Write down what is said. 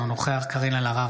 אינו נוכח קארין אלהרר,